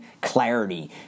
clarity